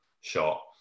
shot